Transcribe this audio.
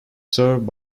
served